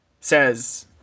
says